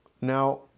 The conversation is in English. Now